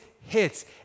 hits